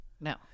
No